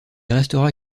restera